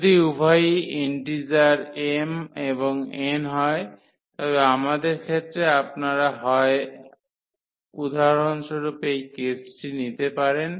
যদি উভয়ই integer m এবং n হয় তবে আমাদের ক্ষেত্রে আপনারা হয় উদাহরণস্বরূপ এই কেস টি নিতে পারেন